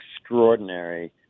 extraordinary